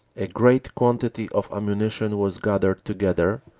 a great quantity of ammunition was gathered together,